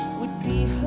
would be